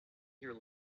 here